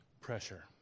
pressure